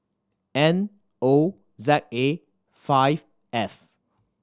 N O Z A five F